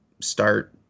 start